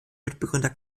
mitbegründer